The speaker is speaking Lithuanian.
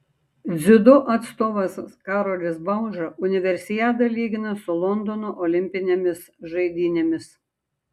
dziudo atstovas karolis bauža universiadą lygina su londono olimpinėmis žaidynėmis